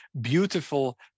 beautiful